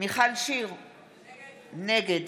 מיכל שיר סגמן, נגד